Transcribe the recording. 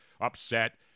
upset